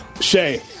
Shay